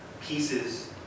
pieces